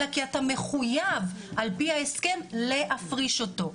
אלא כי אתה מחויב על פי ההסכם להפריש אותו.